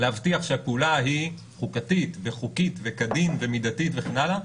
להבטיח שהפעולה היא חוקתית וחוקית וכדין ומידתית וכן הלאה,